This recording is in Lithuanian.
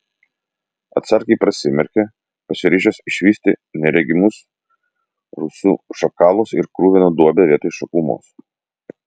atsargiai prasimerkė pasiryžęs išvysti neregimus rūsių šakalus ir kruviną duobę vietoj šakumos